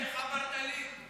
איך אמרת לי,